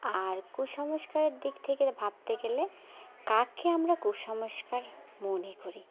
আর কুসংস্কারের দিক থেকে ভাবতে গেলে কাককে আমরা কুসংস্কার মনে করি